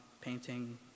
painting